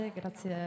grazie